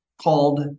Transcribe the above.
called